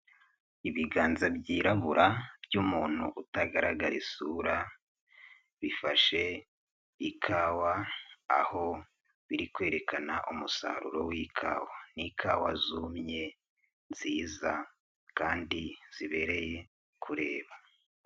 Ibiganza byirabura, by'umuntu utagaragara isura, bifashe ikawa, aho biri kwerekana umusaruro w'ikawa, n'ikawa zumye nziza kandi zibereye kureba.